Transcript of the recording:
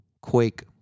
quake